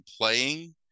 playing